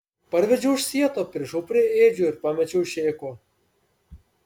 parvedžiau už sieto pririšau prie ėdžių ir pamečiau šėko